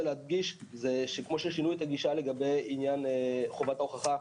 להדגיש זה שכמו ששינוי את הגישה לגבי עניין חובת ההוכחה,